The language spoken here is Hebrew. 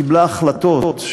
קיבלה החלטות,